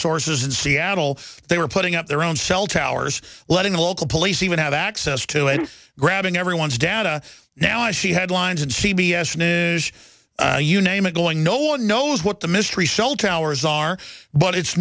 sources in seattle they were putting up their own cell towers letting the local police even have access to grabbing everyone's data now as she had lines and c b s news you name it going no one knows what the mystery shell towers are but it's